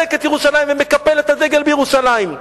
את ירושלים ומקפל את הדגל בירושלים.